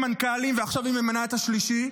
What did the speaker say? מנכ"לים ועכשיו היא ממנה את השלישי,